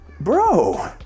bro